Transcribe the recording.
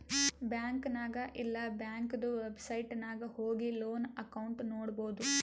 bank ನಾಗ್ ಇಲ್ಲಾ ಬ್ಯಾಂಕ್ದು ವೆಬ್ಸೈಟ್ ನಾಗ್ ಹೋಗಿ ಲೋನ್ ಅಕೌಂಟ್ ನೋಡ್ಬೋದು